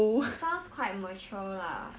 he sounds quite mature lah